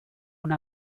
una